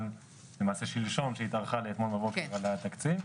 שלשום שהתארכה לאתמול בבוקר על התקציב.